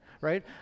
right